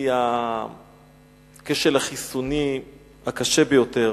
היא הכשל החיסוני הקשה ביותר.